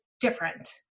different